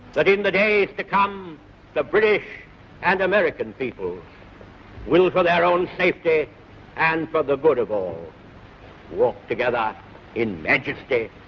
that in the days to come the british and the american people will for their own safety and for the good of all walk together in majesty,